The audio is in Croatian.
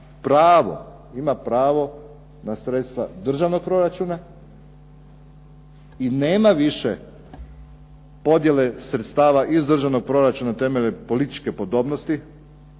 ima pravo na sredstva državnog proračuna, i nema više podjele sredstava iz državnog proračuna temeljem političke podobnosti,